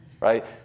right